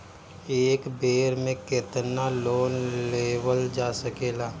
एक बेर में केतना लोन लेवल जा सकेला?